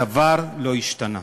דבר לא השתנה.